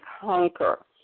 conquer